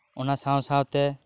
ᱚᱱᱟ ᱥᱟᱶ ᱥᱟᱶᱛᱮ